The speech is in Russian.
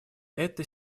эта